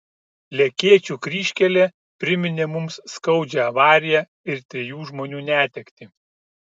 lekėčių kryžkelė priminė mums skaudžią avariją ir trijų žmonių netektį